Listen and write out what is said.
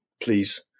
Please